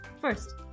First